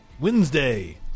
Wednesday